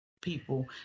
people